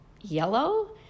yellow